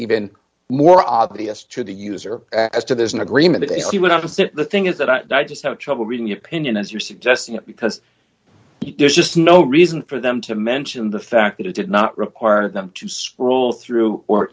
even more obvious to the user as to there's an agreement that he would have to sit the thing is that i just have trouble reading your opinion as you're suggesting it because there's just no reason for them to mention the fact that it did not require them to sproule through or